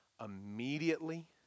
immediately